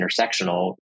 intersectional